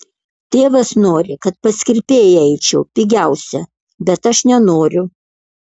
tėvas nori kad pas kirpėją eičiau pigiausia bet aš nenoriu